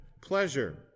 pleasure